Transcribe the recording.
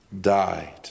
died